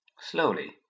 Slowly